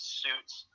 suits